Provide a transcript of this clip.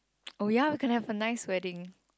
oh ya we can have a nice wedding